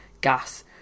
gas